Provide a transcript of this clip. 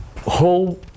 whole